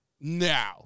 now